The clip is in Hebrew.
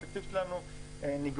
התקציב שלנו נגמר,